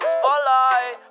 Spotlight